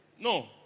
No